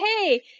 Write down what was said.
hey